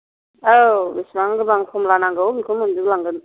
औ बेसेबां गोबां कमला नांगौ बेखौ मोनजोब लांगोन